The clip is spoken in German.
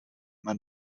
man